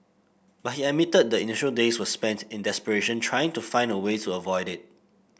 but he admitted the initial days were spent in desperation trying to find a way to avoid it